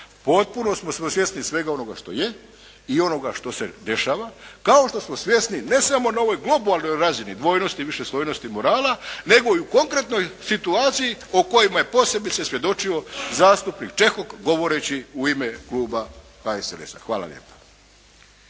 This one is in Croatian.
Potpuno smo svjesni svega onoga što je i onoga što se dešava, kao što smo svjesni ne samo na ovoj globalnoj razini dvojnosti i višeslojnosti morala nego i u konkretnoj situaciji o kojima je posebice svjedočio zastupnik Čehok govoreći u ime kluba HSLS-a. Hvala lijepa.